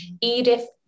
Edith